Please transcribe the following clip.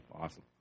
awesome